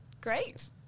Great